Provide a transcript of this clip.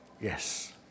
Yes